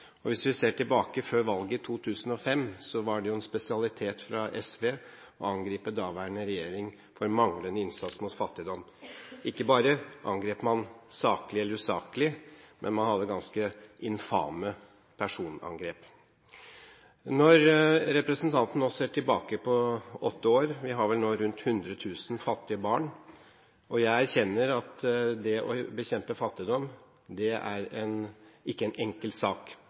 revidert. Hvis vi ser tilbake til før valget i 2005, var det en spesialitet fra SV å angripe daværende regjering for manglende innsats mot fattigdom – ikke bare angrep man saklig eller usaklig, man hadde ganske infame personangrep. Når representanten nå ser tilbake på åtte år, vi har rundt 100 000 fattige barn – og jeg bekjenner at det å bekjempe fattigdom ikke er en enkel sak,